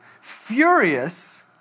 furious